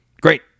great